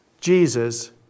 Jesus